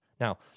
Now